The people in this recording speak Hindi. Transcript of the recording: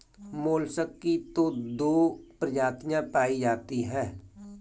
मोलसक की तो दो प्रजातियां पाई जाती है